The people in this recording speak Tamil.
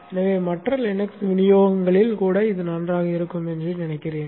எனவே மற்ற லினக்ஸ் விநியோகங்களில் கூட இது நன்றாக இருக்கும் என்று நினைக்கிறேன்